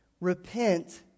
repent